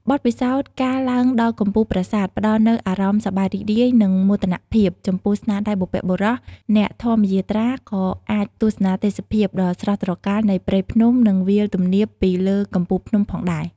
បទពិសោធន៍ការឡើងដល់កំពូលប្រាសាទ ផ្តល់នូវអារម្មណ៍សប្បាយរីករាយ និងមោទនភាពចំពោះស្នាដៃបុព្វបុរស អ្នកធម្មយាត្រាក៏អាចទស្សនាទេសភាពដ៏ស្រស់ត្រកាលនៃព្រៃភ្នំ និងវាលទំនាបពីលើកំពូលភ្នំផងដែរ។